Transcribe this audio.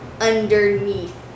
underneath